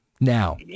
Now